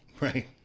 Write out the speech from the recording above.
Right